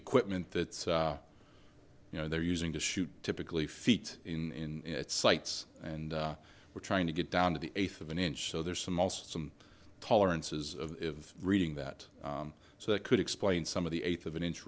equipment that you know they're using to shoot typically feet in its sights and we're trying to get down to the eighth of an inch so there's some also some tolerances of reading that so that could explain some of the eighth of an inch